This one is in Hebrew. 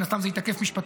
מן הסתם זה ייתקף משפטית,